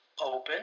open